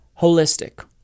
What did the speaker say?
holistic